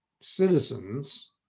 citizens